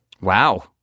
Wow